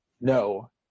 no